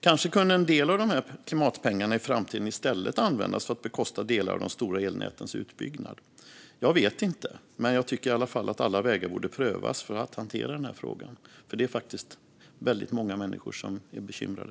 Kanske kunde en del av klimatpengarna i framtiden i stället användas för att bekosta delar av de stora elnätens utbyggnad. Jag vet inte, men jag tycker i alla fall att alla vägar borde prövas för att hantera den här frågan, för det är faktiskt väldigt många människor som är bekymrade.